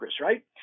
right